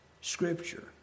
Scripture